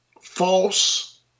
false